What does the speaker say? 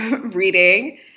reading